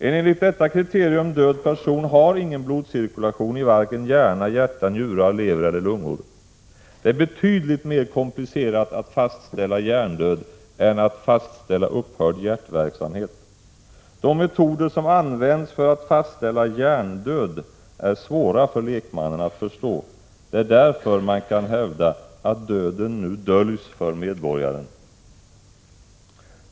En enligt detta kriterium död person har ingen blodcirkulation i vare sig hjärna, hjärta, njurar, lever eller lungor. Det är betydligt mer komplicerat att fastställa hjärndöd än att fastställa upphörd hjärtverksamhet. De metoder, som används för att fastställa ”hjärndöd” är svåra för lekmannen att förstå. Det är därför man kan hävda att döden nu döljs för medborgaren.